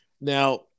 Now